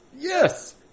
Yes